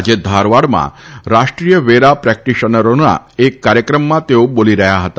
આજે ધારવાડમાં રાષ્ટ્રીય વેરા પ્રેક્ટીશનરોના એક કાર્યક્રમમાં તેઓ બોલી રહ્યા હતા